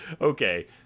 Okay